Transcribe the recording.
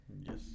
Yes